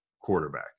quarterback